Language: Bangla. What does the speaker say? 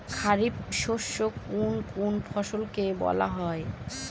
খারিফ শস্য কোন কোন ফসলকে বলা হয়?